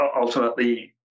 Ultimately